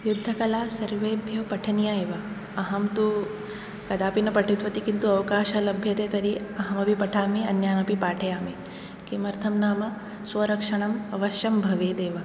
युद्धकला सर्वेभ्यः पठनीया एव अहं तु कदापि न पठितवती किन्तु अवकाशः लभ्यते तर्हि अहमपि पठामि अन्यान् अपि पाठयामि किमर्थं नाम स्वरक्षणम् अवश्यं भवेदेव